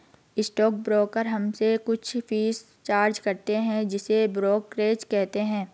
stock broker हमसे कुछ fees charge करते हैं जिसे ब्रोकरेज कहते हैं